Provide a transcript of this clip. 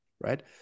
right